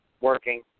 working